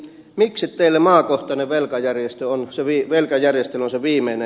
miksi teille maakohtainen velkajärjestely on se viimeinen vaihtoehto